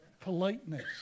politeness